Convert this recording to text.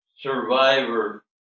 survivor